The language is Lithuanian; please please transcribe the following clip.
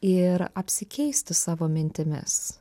ir apsikeisti savo mintimis